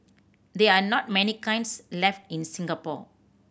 there are not many kilns left in Singapore